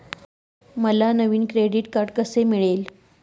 मला नवीन credit card कसे मिळेल?